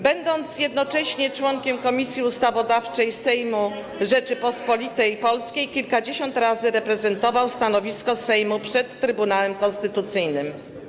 Będąc jednocześnie członkiem Komisji Ustawodawczej Sejmu Rzeczypospolitej Polskiej, kilkadziesiąt razy reprezentował stanowisko Sejmu przed Trybunałem Konstytucyjnym.